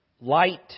light